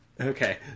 Okay